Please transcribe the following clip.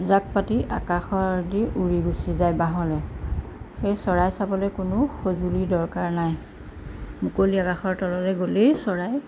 জাকপাতি আকাশৰ দি উৰি গুচি যায় বাহলৈ সেই চৰাই চাবলৈ কোনো সঁজুলিৰ দৰকাৰ নাই মুকলি আকাশৰ তললৈ গ'লেই চৰাই